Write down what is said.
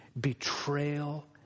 betrayal